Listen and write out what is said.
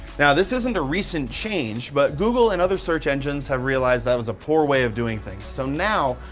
now, this isn't a recent change, but google and other search engines have realized that was a poor way of doing things. so now,